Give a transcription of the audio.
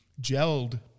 gelled